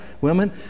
women